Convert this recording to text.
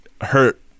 hurt